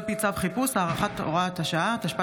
מטעם הממשלה: הצעת חוק פיצויי פיטורים (תיקון מס'